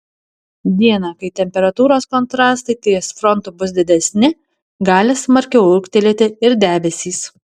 dieną kai temperatūros kontrastai ties frontu bus didesni gali smarkiau ūgtelėti ir debesys